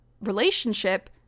relationship